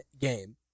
game